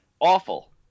awful